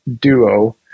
duo